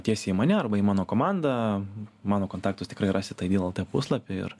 tiesiai į mane arba mano komandą mano kontaktus tikrai rasit aidyl lt puslapy ir